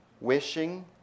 wishing